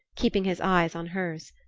keeping his eyes on hers.